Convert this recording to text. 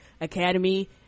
academy